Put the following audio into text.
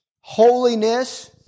holiness